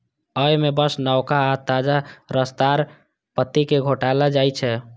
अय मे बस नवका आ ताजा रसदार पत्ती कें खोंटल जाइ छै